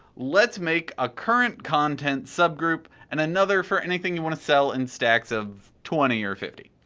let's make ah current content subgroup and another for anything you want to sell in stacks of twenty or fifty.